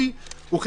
החוק